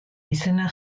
izena